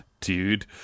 dude